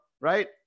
right